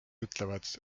ütlevad